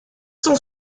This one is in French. sont